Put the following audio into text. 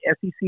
SEC